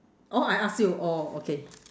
oh I ask you oh okay